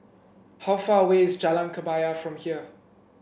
how far away is Jalan Kebaya from here